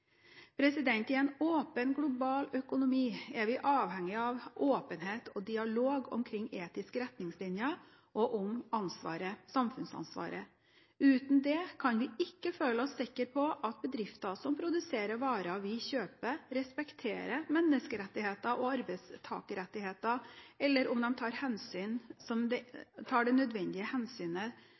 I en åpen global økonomi er vi avhengig av åpenhet og dialog omkring etiske retningslinjer og om samfunnsansvaret. Uten det kan vi ikke føle oss sikre på at bedrifter som produserer varer vi kjøper, respekterer menneskerettigheter og arbeidstakerrettigheter, eller at de tar nødvendig hensyn til det ytre miljøet. Det